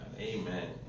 amen